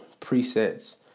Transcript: presets